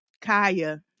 kaya